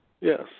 Yes